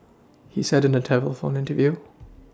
he said in a telephone interview